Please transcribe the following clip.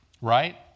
Right